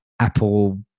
Apple